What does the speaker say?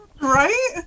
Right